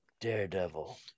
Daredevil